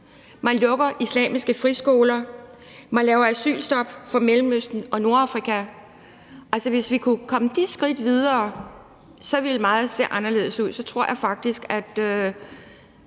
vi lukkede islamiske friskoler, lavede asylstop for Mellemøsten og Nordafrika. Hvis vi kunne komme de skridt videre, ville meget se anderledes ud. Så tror jeg faktisk, at